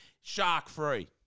shark-free